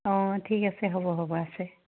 অঁ ঠিক আছে হ'ব হ'ব আছে